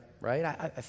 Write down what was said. right